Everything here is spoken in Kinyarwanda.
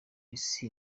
isi